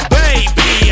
baby